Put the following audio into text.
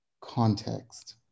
context